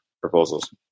proposals